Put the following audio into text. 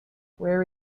where